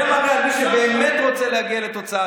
זה מראה על זה שבאמת הוא רוצה להגיע לתוצאה